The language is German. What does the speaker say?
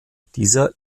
dieser